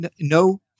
no